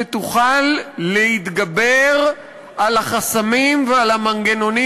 שתוכל להתגבר על החסמים ועל המנגנונים